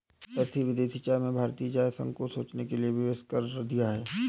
सस्ती विदेशी चाय ने भारतीय चाय संघ को सोचने के लिए विवश कर दिया है